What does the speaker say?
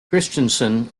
christensen